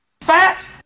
Fat